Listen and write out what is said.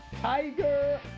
tiger